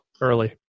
early